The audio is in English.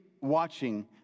watching